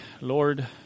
Lord